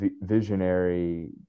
visionary